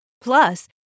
Plus